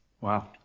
Wow